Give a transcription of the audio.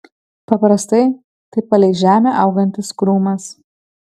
paprastai tai palei žemę augantis krūmas